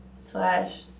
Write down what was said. slash